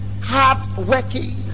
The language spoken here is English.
hardworking